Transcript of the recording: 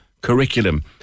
curriculum